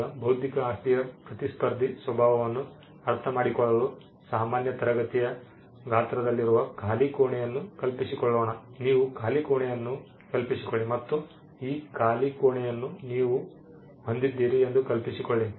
ಈಗ ಬೌದ್ಧಿಕ ಆಸ್ತಿಯ ಪ್ರತಿಸ್ಪರ್ಧಿ ಸ್ವಭಾವವನ್ನು ಅರ್ಥಮಾಡಿಕೊಳ್ಳಲು ಸಾಮಾನ್ಯ ತರಗತಿಯ ಗಾತ್ರದಲ್ಲಿರುವ ಖಾಲಿ ಕೋಣೆಯನ್ನು ಕಲ್ಪಿಸಿಕೊಳ್ಳೋಣ ನೀವು ಖಾಲಿ ಕೋಣೆಯನ್ನು ಕಲ್ಪಿಸಿ ಮತ್ತು ಈ ಖಾಲಿ ಕೋಣೆಯನ್ನು ನೀವು ಹೊಂದಿದ್ದೀರಿ ಎಂದು ಕಲ್ಪಿಸಿಕೊಳ್ಳಿ